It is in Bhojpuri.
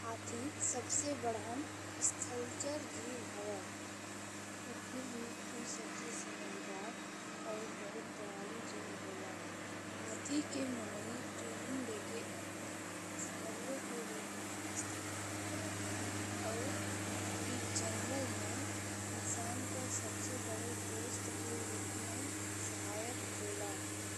हाथी सबसे बढ़हन स्थलचर जीव हवे, पर फिर भी उ सबसे समझदार और दयालु जीव होला। हाथी के माने ट्रेनिंग देके अपने सवारीयो के रूप में इस्तेमाल करेला और ई जंगल में इंसान के सबसे बड़े दोस्त के रूप में सहायक होला।